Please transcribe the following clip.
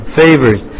favors